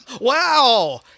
wow